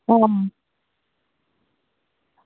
आं